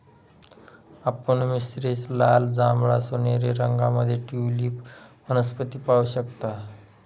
आपण मिश्रित लाल, जांभळा, सोनेरी रंगांमध्ये ट्यूलिप वनस्पती पाहू शकता